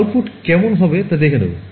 output কেমন হবে তা দেখে নেব